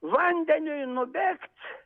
vandeniui nubėgt